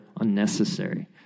unnecessary